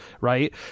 Right